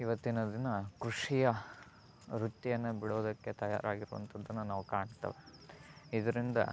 ಇವತ್ತಿನ ದಿನ ಕೃಷಿಯ ವೃತ್ತಿಯನ್ನು ಬಿಡೋದಕ್ಕೆ ತಯಾರಾಗಿರುವಂಥದ್ದನ್ನು ನಾವು ಕಾಣ್ತೇವೆ ಇದರಿಂದ